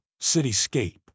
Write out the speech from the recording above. cityscape